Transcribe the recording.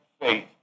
faith